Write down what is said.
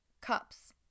cups